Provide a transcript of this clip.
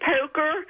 poker